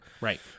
Right